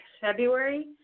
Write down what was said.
February